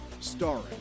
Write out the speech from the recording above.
starring